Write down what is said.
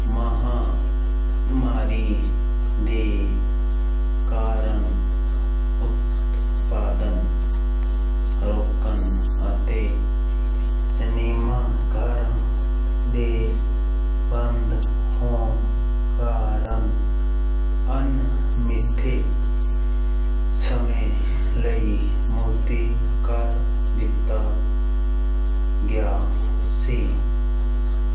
ਮਹਾਂਮਾਰੀ ਦੇ ਕਾਰਨ ਉਤਪਾਦਨ ਰੁਕਣ ਅਤੇ ਸਿਨੇਮਾ ਘਰਾਂ ਦੇ ਬੰਦ ਹੋਣ ਕਾਰਨ ਅਣਮਿੱਥੇ ਸਮੇਂ ਲਈ ਮੁਲਤਵੀ ਕਰ ਦਿੱਤਾ ਗਿਆ ਸੀ